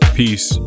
peace